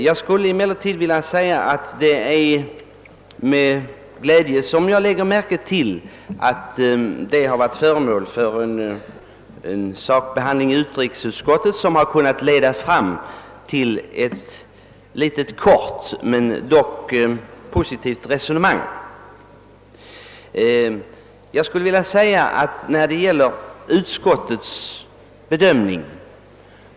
Det är emellertid med glädje som jag lägger märke till att frågan i utrikesutskottet har varit föremål för en sakbehandling, som lett fram till ett kort men dock positivt resonemang. Jag kan genomgående instämma i utskottets bedömning.